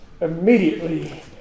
Immediately